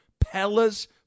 Pella's